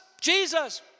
Jesus